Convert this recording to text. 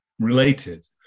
related